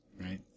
Right